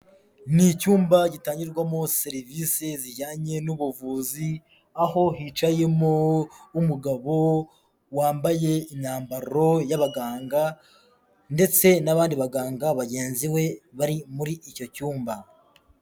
Ni icyumba gitangirwamo serivise zijyanye n'ubuvuzi, aho hicayemo umugabo wambaye imyambaro y'abaganga ndetse n'abandi baganga bagenzi be, bari muri icyo cyumba.